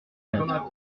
quatre